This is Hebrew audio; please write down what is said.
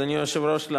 אדוני היושב-ראש,